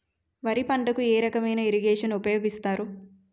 వరి పంటకు ఏ రకమైన ఇరగేషన్ ఉపయోగిస్తారు?